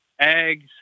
eggs